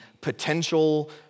potential